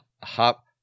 Hop